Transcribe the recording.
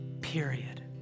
period